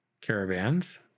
caravans